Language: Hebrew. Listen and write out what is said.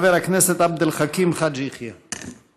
חבר הכנסת עבד אל חכים חאג' יחיא.